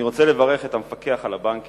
אני רוצה לברך את המפקח על הבנקים,